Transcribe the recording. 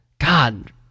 God